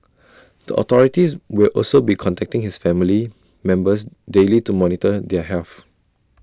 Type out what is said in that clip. the authorities will also be contacting his family members daily to monitor their health